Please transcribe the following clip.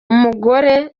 umugore